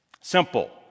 Simple